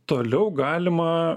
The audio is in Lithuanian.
toliau galima